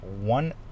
one